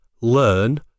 Learn